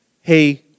Hey